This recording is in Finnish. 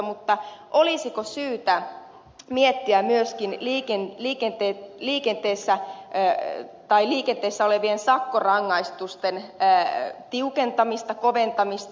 mutta olisiko syytä miettiä myöskin liikenteessä olevien sakkorangaistusten tiukentamista koventamista